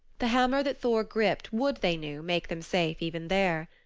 the hammer that thor gripped would, they knew, make them safe even there.